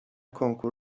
کنکور